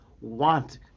want